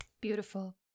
Beautiful